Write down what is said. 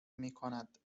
میکند